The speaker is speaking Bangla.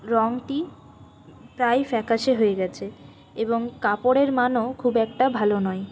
রঙটি প্রায় ফ্যাকাশে হয়ে গেছে এবং কাপড়ের মানও খুব একটা ভালো নয়